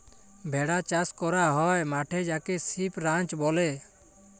ভেড়া চাস ক্যরা হ্যয় মাঠে যাকে সিপ রাঞ্চ ব্যলে